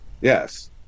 yes